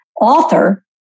author